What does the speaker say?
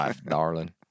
darling